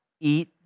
eat